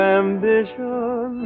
ambition